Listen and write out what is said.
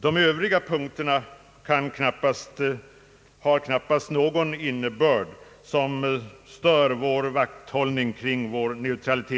De övriga punkterna har knappast någon innebörd som stör vår vakthållning kring vår neutralitetspolitik.